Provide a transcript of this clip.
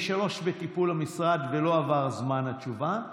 יש שלוש בטיפול המשרד ולא עבר זמן התשובה,